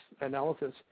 analysis